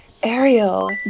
Ariel